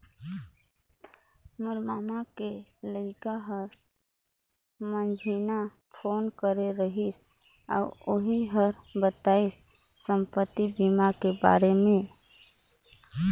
मोर ममा के लइका हर मंझिन्हा फोन करे रहिस अउ ओही हर बताइस संपति बीमा के बारे मे